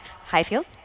Highfield